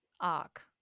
arc